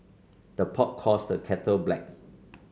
the pot calls the kettle black